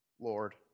Lord